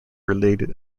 related